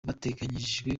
biteganyijwe